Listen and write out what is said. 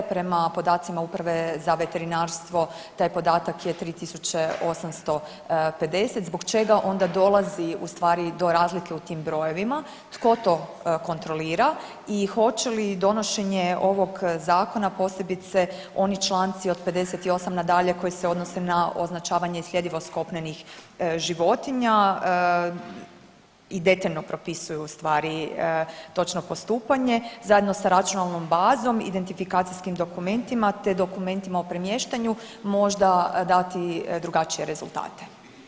Prema podacima uprave za veterinarstvo taj podatak je 3.850, zbog čega onda dolazi u stvari do razlike u tim brojevima, tko to kontrolira i hoće li donošenje ovog zakona, posebice oni članci od 58. nadalje koji se odnose na označavanje sljedivost kopnenih životinja i detaljno propisuju u stvari točno postupanje zajedno sa računalnom bazom i identifikacijskim dokumentima, te dokumentima o premještanju možda dati drugačije rezultate.